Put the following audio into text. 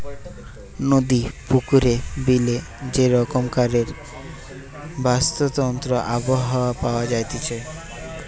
নদী, পুকুরে, বিলে যে রকমকারের বাস্তুতন্ত্র আবহাওয়া পাওয়া যাইতেছে